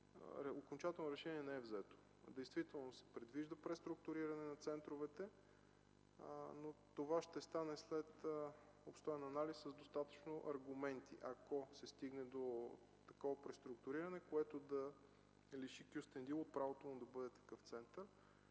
окончателно решение не е взето. Действително се предвижда преструктуриране на центровете, но това ще стане след обстоен анализ с достатъчно аргументи, ако се стигне до такова преструктуриране, което да лиши Кюстендил от правото му да бъде такъв център.